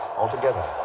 altogether